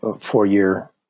four-year